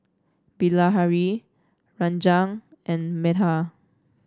Bilahari Ranga and Medha